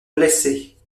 blessés